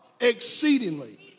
Exceedingly